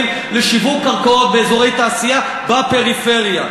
לשיווק קרקעות באזורי תעשייה בפריפריה.